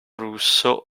russo